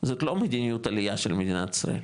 זאת לא מדיניות עלייה של מדינת ישראל,